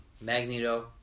Magneto